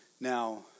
now